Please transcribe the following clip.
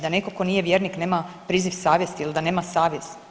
Da netko tko nije vjernik nema priziv savjesti ili da nema savjest?